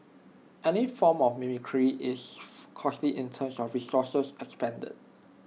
any form of mimicry is costly in terms of resources expended